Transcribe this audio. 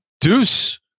Deuce